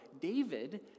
David